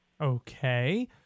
Okay